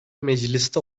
mecliste